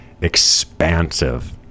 expansive